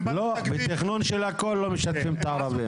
בתכנון של הכול לא משתפים את הערבים.